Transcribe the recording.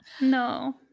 No